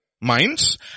minds